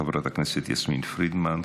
חברת הכנסת יסמין פרידמן,